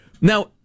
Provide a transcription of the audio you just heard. Now